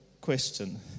question